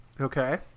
Okay